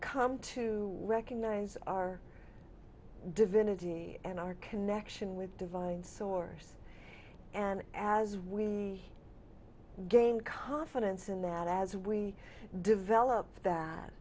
come to recognize our divinity and our connection with divine source and as we gain confidence in that as we develop